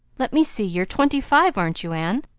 let me see you're twenty-five, aren't you, anne?